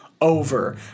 over